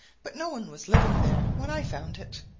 but no one was living there when i found it.